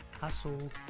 hustle